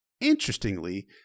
interestingly